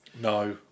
No